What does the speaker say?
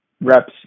reps